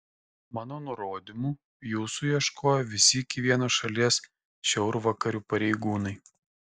mano nurodymu jūsų ieškojo visi iki vieno šalies šiaurvakarių pareigūnai